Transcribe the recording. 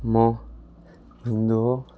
म हिन्दू हो